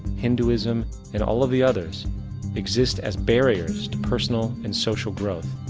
hinduism and all of the others exist as barriers to personal and social growth.